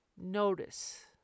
notice